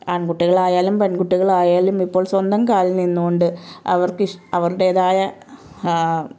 ആൺകുട്ടികളായാലും പെൺകുട്ടികളായാലും ഇപ്പോൾ സ്വന്തം കാലിൽ നിന്നുകൊണ്ട് അവർക്ക് അവരുടേതായ